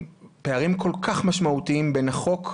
פערים כל כך משמעותיים בין החוק,